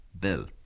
Bill